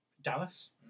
Dallas